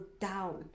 down